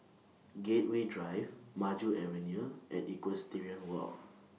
Gateway Drive Maju Avenue and Equestrian Walk